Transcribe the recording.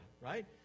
right